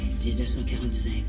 1945